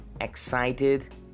excited